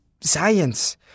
science